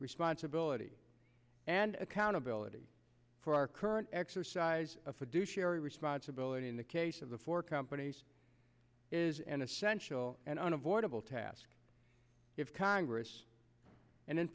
responsibility and accountability for our current exercise a fiduciary responsibility in the case of the four companies is an essential and unavoidable task if congress and in